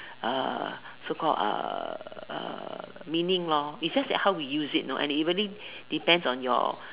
uh so called uh uh meaning lor it's just that how we use it lor and it really depends on your